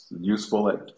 useful